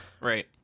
Right